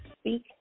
speak